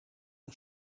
een